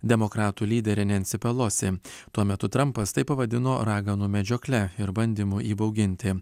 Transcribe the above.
demokratų lyderė nensi pelosi tuo metu trampas tai pavadino raganų medžiokle ir bandymu įbauginti